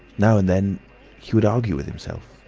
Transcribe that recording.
now and then he would argue with himself.